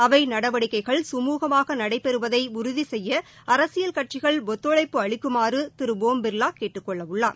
அவை நடவடிக்கைகள் கமூகமாக நடைபெறுவதை உறுதி செய்ய அரசியல் கட்சிகள் ஒத்தழைப்பு அளிக்குமாறு திரு ஓம் பிர்லா கேட்டுக் கொள்ளவள்ளார்